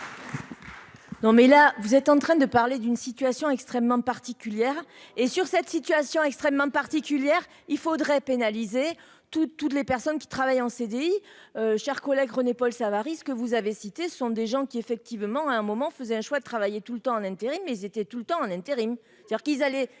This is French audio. Non mais là vous êtes en train de parler d'une situation extrêmement particulière et sur cette situation extrêmement particulière, il faudrait pénaliser toutes, toutes les personnes qui travaillent en CDI, chers collègues, René-Paul Savary ce que vous avez cités sont des gens qui, effectivement, à un moment, faisait un choix de travailler tout le temps en intérim, mais étaient tout le temps en intérim,